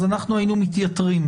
אז אנחנו היינו מתייתרים,